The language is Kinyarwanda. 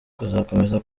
kuzakomeza